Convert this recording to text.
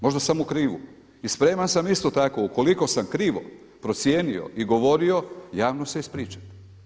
Možda sam u krivu i spreman sam isto tako ukoliko sam krivo procijenio i govorio javno se ispričavam.